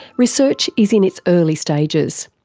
research is in its early stages.